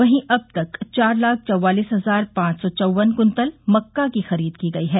वहीं अब तक चार लाख चौवालिस हजार पांच सौ चौवन कुन्तल मक्का की खरीद की गई है